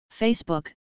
Facebook